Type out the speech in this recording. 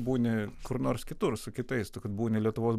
būni kur nors kitur su kitais tu kad būni lietuvos